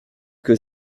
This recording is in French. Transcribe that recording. que